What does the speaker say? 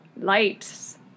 lights